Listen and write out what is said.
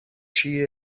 she